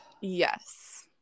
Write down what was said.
Yes